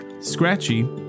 scratchy